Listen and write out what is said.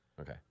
Okay